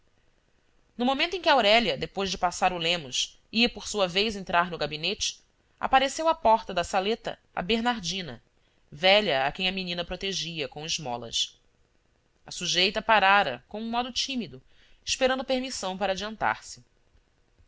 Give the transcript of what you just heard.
no momento em que aurélia depois de passar o lemos ia por sua vez entrar no gabinete apareceu à porta da saleta a bernardina velha a quem a menina protegia com esmolas a sujeita parara com um modo tímido esperando permissão para adiantar se